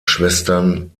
schwestern